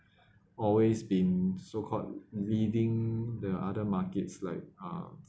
always been so called leading the other markets like uh